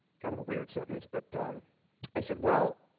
kind of a weird sentence, but i said, well,